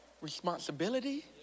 responsibility